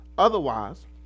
Otherwise